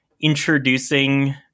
introducing